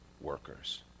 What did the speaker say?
workers